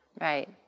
right